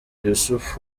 yussuf